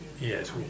Yes